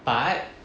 but